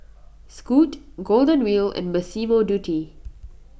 Scoot Golden Wheel and Massimo Dutti